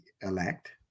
elect